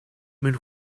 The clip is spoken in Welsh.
mewn